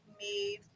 made